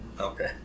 Okay